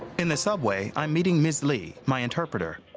in the subway, i'm meeting ms. li, my interpreter.